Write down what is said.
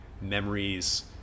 memories